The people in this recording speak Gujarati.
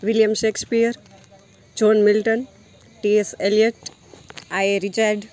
William Shakespeare John Milton T S Eliot I A Richard